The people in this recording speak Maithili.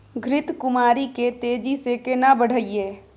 घृत कुमारी के तेजी से केना बढईये?